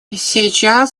сейчас